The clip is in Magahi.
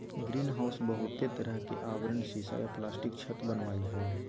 ग्रीनहाउस बहुते तरह के आवरण सीसा या प्लास्टिक के छत वनावई हई